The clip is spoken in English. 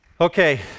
Okay